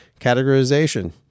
categorization